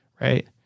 right